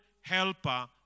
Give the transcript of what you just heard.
helper